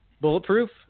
bulletproof